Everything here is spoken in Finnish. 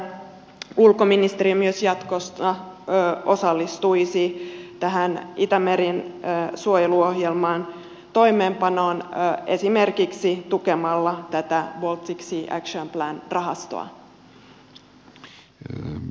toivon siis että ulkoministeriö myös jatkossa osallistuisi tähän itämeren suojeluohjelman toimeenpanoon esimerkiksi tukemalla tätä baltic sea action plan rahastoa